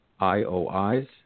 IOIs